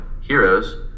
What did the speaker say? heroes